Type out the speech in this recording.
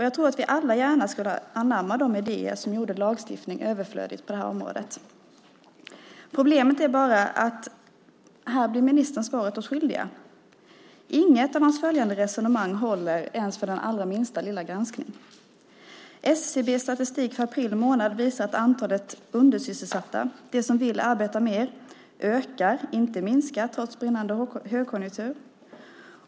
Jag tror att vi alla gärna skulle anamma de idéer som kunde göra lagstiftning överflödig på det här området. Problemet är bara att ministern här blir oss svaret skyldig. Inget av hans följande resonemang håller ens för den allra minsta lilla granskning. SCB:s statistik för april månad visar att antalet undersysselsatta, de som vill arbeta mer, ökar - inte minskar, trots brinnande högkonjunktur.